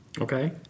Okay